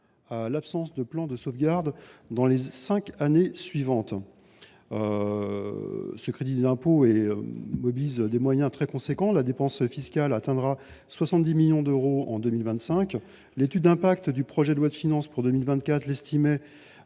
à l’absence de plan de sauvegarde dans les cinq années suivantes. Ce crédit d’impôt mobilise des moyens très importants : la dépense fiscale atteindra 70 millions d’euros en 2025. D’après l’étude d’impact du projet de loi de finances pour 2024, ce crédit